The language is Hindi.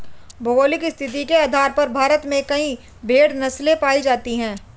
भौगोलिक स्थिति के आधार पर भारत में कई भेड़ नस्लें पाई जाती हैं